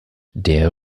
der